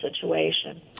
situation